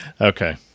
Okay